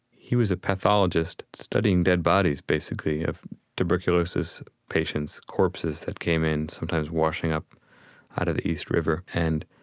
he was a pathologist studying dead bodies, basically, of tuberculosis patients, corpses that came in, sometimes washing up out of the east river. and